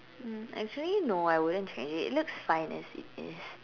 um actually no I wouldn't change it it looks fine as it is